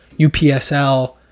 UPSL